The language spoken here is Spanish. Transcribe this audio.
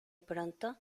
pronto